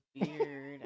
beard